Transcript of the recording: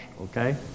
okay